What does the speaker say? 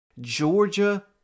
georgia